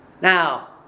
Now